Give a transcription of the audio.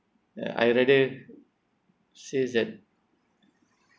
uh I rather says that